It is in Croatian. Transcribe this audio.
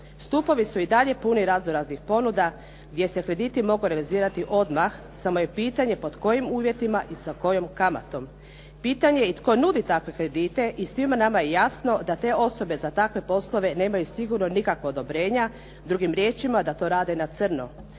Stupovi su i dalje puni raznoraznih ponuda gdje se krediti mogu realizirati odmah, samo je pitanje pod kojih uvjetima i sa kojom kamatom. Pitanje je i tko nudi takve kredite i svima nama je jasno da te osobe za takve poslove nemaju sigurno nikakvo odobrenje, drugim riječima da to rade na crno.